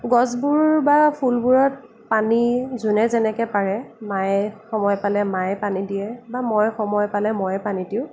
গছবোৰ বা ফুলবোৰত পানী যোনে যেনেকৈ পাৰে মায়ে সময় পালে মায়ে পানী দিয়ে বা মই সময় পালে ময়ে পানী দিওঁ